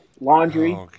Laundry